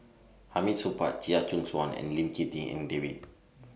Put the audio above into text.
Hamid Supaat Chia Choo Suan and Lim Tik En David